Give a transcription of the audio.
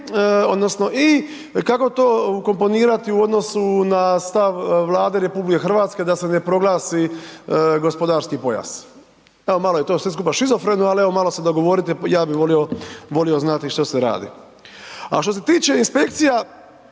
i kako to ukomponirati u odnosu na stav Vlade RH, da se ne proglasi gospodarski pojas? Malo je sve to skupa šizofreno, ali evo, malo se dogovorite, ja bi volio znati što se radi. A što se tiče inspekcije,